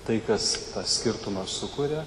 tai kas tą skirtumą sukuria